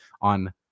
on